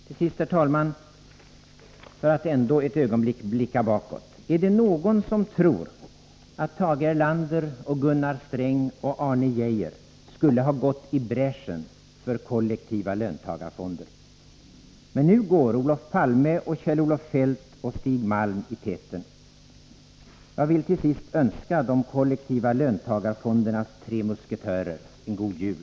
Till sist, herr talman, för att ändå ett ögonblick blicka bakåt: Är det någon som tror att Tage Erlander, Gunnar Sträng och Arne Geijer skulle ha gått i bräschen för kollektiva löntagarfonder? Men nu går Olof Palme, Kjell-Olof Feldt och Stig Malm i täten. Jag vill till sist önska de kollektiva löntagarfondernas tre musketörer en God Jul.